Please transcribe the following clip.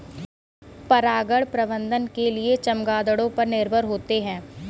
परागण प्रबंधन के लिए चमगादड़ों पर निर्भर होते है